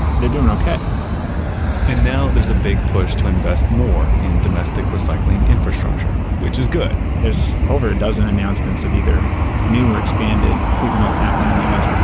they're doing ok and now there's a big push to invest more in domestic recycling infrastructure. which is good! there's over a dozen announcements of either new or expanded paper mills happening in the us.